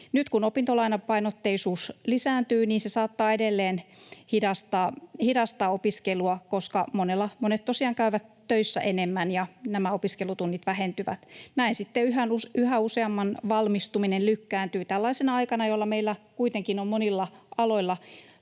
Nyt, kun opintolainapainotteisuus lisääntyy, se saattaa edelleen hidastaa opiskelua, koska monet tosiaan käyvät töissä enemmän ja opiskelutunnit vähentyvät. Näin sitten yhä useamman valmistuminen lykkääntyy tällaisena aikana, jolloin meillä kuitenkin on monilla aloilla